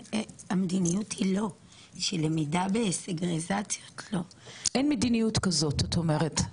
המדיניות היא לא של למידה ב --- אין מדיניות כזאת את אומרת ?